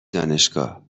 دانشگاهمی